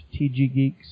tggeeks